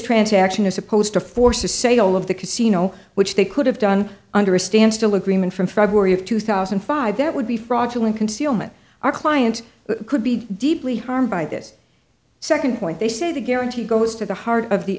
transaction as opposed to force the sale of the casino which they could have done under a standstill agreement from february of two thousand and five that would be fraudulent concealment our client could be deeply harmed by this second point they say the guarantee goes to the heart of the